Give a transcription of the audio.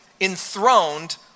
enthroned